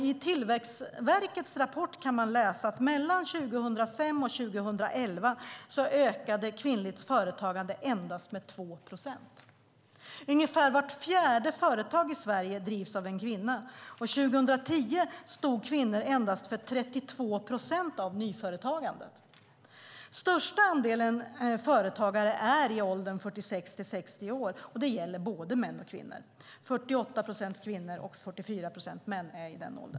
I Tillväxtverkets rapport kan man läsa att mellan 2005 och 2011 ökade kvinnligt företagande endast med 2 procent. Ungefär vart fjärde företag i Sverige drivs av en kvinna. År 2010 stod kvinnor för endast för 32 procent när det gäller nyföretagandet. Största andelen företagare är i åldern 46-60 år, och det gäller både män och kvinnor; 48 procent kvinnor och 44 procent män.